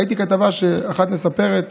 ראיתי כתבה שאחת מספרת